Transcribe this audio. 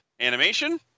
animation